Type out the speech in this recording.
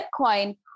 Bitcoin